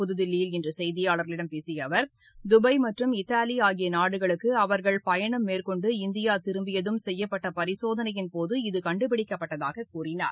புதுதில்லியில் இன்று செய்தியாளர்களிடம் பேசிய அவர் துபாய் மற்றும் இத்தாலி ஆகிய நாடுகளுக்கு அவர்கள் பயணம் மேற்கொண்டு இந்தியா திரும்பியதும் செய்யப்பட்ட பரிசோதனையின்போது இது கண்டுபிடிக்கப்பட்டதாக கூறினார்